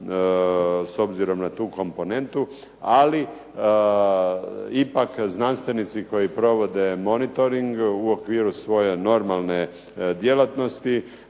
s obzirom na tu komponentu ali ipak znanstvenici koji provode monitoring u okviru svoje normalne djelatnosti